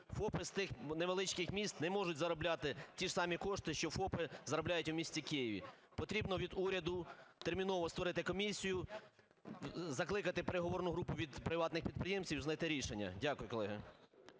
ФОПи з тих невеличких міст не можуть заробляти ті ж самі кошти, що ФОПи заробляють у місті Києві. Потрібно від уряду терміново створити комісію, закликати переговорну групу від приватних підприємців і знайти рішення. Дякую, колеги.